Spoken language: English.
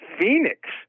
phoenix